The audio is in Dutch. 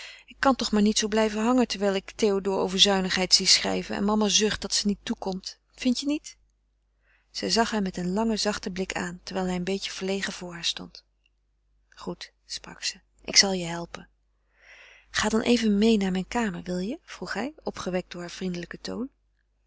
ik kan toch maar zoo niet blijven hangen terwijl ik théodore over zuinigheid zie schrijven en mama zucht dat ze niet toekomt vindt je niet zij zag hem met een langen zachten blik aan terwijl hij een beetje verlegen voor haar stond goed sprak ze ik zal je helpen ga dan even meê naar mijn kamer wil je vroeg hij opgewekt door haar vriendelijken toon